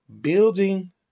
building